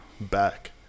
back